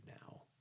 now